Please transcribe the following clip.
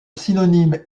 synonyme